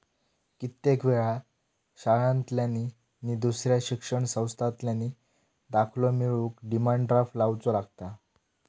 कित्येक वेळा शाळांतल्यानी नि दुसऱ्या शिक्षण संस्थांतल्यानी दाखलो मिळवूक डिमांड ड्राफ्ट लावुचो लागता